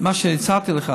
מה שהצעתי לך,